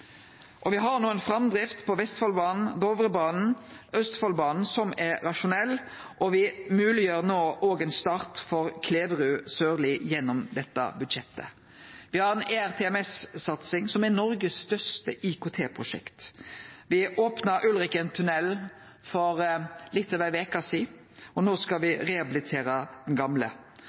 har no ei framdrift på Vestfoldbanen, Dovrebanen og Østfoldbanen som er rasjonell, og me muliggjer òg no ein start for Kleverud–Sørli gjennom dette budsjettet. Me har ei ERTMS-satsing som er Noregs største IKT-prosjekt. Me opna Ulriken tunnel for litt over ei veke sidan, og no skal me rehabilitere den gamle.